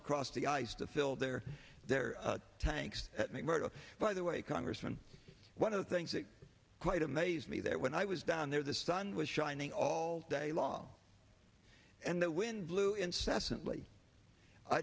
across the ice to fill their tanks at mcmurdo by the way congressman one of the things that quite amazed me that when i was down there the sun was shining all day long and the wind blew incessantly i